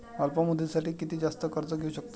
अल्प मुदतीसाठी किती जास्त कर्ज घेऊ शकतो?